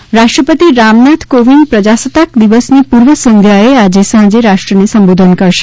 રાષ્ટ્રપતિ સંબોધન રાષ્ટ્રપતિ રામનાથ કોવિંદ પ્રજાસત્તાક દિવસની પૂર્વ સંધ્યાએ આજે સાંજે રાષ્ટ્રને સંબોધન કરશે